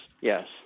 yes